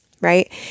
right